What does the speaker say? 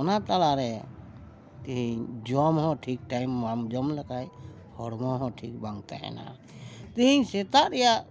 ᱚᱱᱟ ᱛᱟᱞᱟᱨᱮ ᱛᱤᱦᱤᱧ ᱡᱚᱢ ᱦᱚᱸ ᱴᱷᱤᱠ ᱴᱟᱭᱤᱢ ᱵᱟᱢ ᱡᱚᱢ ᱞᱮᱠᱷᱟᱱ ᱦᱚᱲᱢᱚ ᱦᱚᱸ ᱴᱷᱤᱠ ᱵᱟᱝ ᱛᱟᱦᱮᱱᱟ ᱛᱤᱦᱤᱧ ᱥᱮᱛᱟᱜ ᱨᱮᱱᱟᱜ